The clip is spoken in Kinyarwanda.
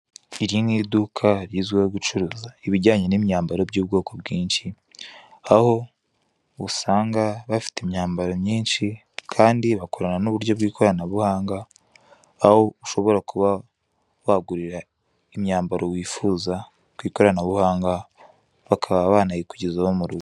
Iri ni iduka rizwiho gucuruza ibijyanye n'imyambaro by'ubwoko bwinshi, aho usanga bafite imyambaro myinshi Kandi bakorana n'uburyo bw'ikoranabuhanga aho ushobora kuba wagurira imyambaro wifuza kw'ikoranabuhanga bakaba banayikugezaho mu rugo.